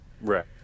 Right